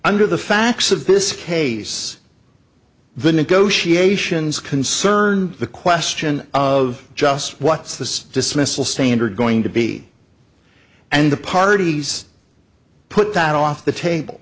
under the facts of this case the negotiations concern the question of just what's the smiths will stand are going to be and the parties put that off the table